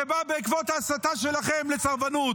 שבא בעקבות ההסתה שלכם לסרבנות.